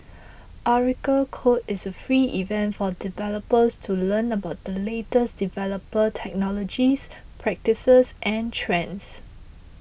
Oracle Code is a free event for developers to learn about the latest developer technologies practices and trends